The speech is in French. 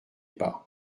pas